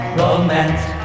romance